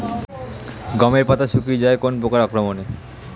গমের পাতা শুকিয়ে যায় কোন পোকার আক্রমনে?